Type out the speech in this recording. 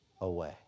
away